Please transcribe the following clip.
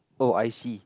oh I see